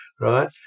right